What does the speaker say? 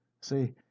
See